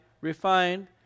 refined